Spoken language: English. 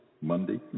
Monday